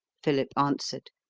philip answered,